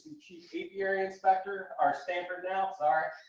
chief apiary inspector, or stanford now. sorry.